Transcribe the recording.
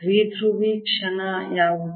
ದ್ವಿಧ್ರುವಿ ಕ್ಷಣ ಯಾವುದು